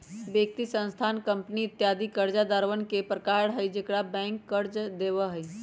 व्यक्ति, संस्थान, कंपनी इत्यादि कर्जदारवन के प्रकार हई जेकरा बैंक कर्ज देवा हई